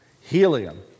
Helium